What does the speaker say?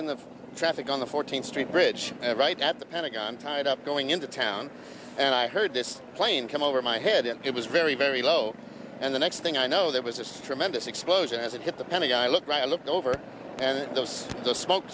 in the traffic on the fourteenth street bridge right at the pentagon tied up going into town and i heard this plane come over my head and it was very very low and the next thing i know there was a strong mendis explosion as it hit the pentagon i looked around and looked over and those the smoke